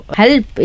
help